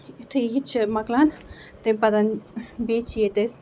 یِتھُے یہِ چھُ مۄکلان تَمہِ پَتہٕ بیٚیہِ چھِ ییٚتہِ أسۍ